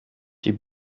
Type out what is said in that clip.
die